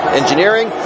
engineering